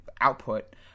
output